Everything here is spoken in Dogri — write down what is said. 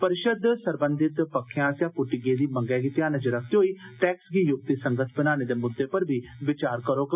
परिषद सरबंधित पक्खे आस्सेया पुष्टी गेदी मंगै गी ध्यानै च रक्खदे होई टैक्स गी युक्ति संगत बनाने दे मुद्वे पर बी बिचार करौग